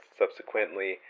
subsequently